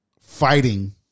fighting